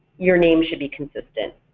your name should be consistent,